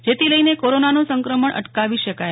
જેથી લઈને કોરોનાનું સંક્રમણ અટકાવી શકાય